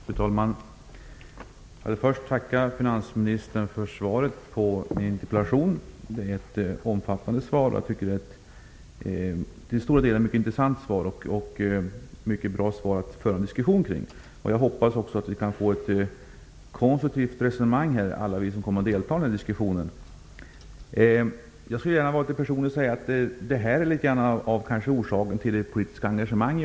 Fru talman! Jag vill först tacka finansministern för svaret på min interpellation. Det är ett omfattande svar, och det är till stora delar mycket intressant. Det är ett bra svar att föra en diskussion kring. Jag hoppas att vi som kommer att delta i den här diskussionen kan föra ett konstruktivt resonemang. Låt mig vara litet personlig och säga att dessa frågor är en av orsakerna till mitt politiska engagemang.